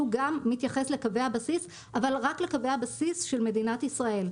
שהוא גם מתייחס לקווי הבסיס אבל רק לקווי הבסיס של מדינת ישראל.